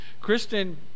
Kristen